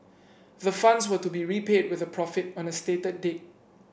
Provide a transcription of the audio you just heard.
the funds were to be repaid with a profit on a stated date